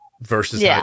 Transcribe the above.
versus